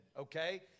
Okay